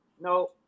no